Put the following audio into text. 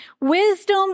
Wisdom